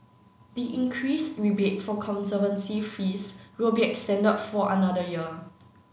the increased rebate for conservancy fees will be extended for another year